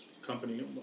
Company